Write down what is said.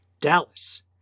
Dallas